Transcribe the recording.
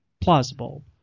plausible